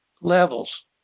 levels